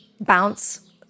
bounce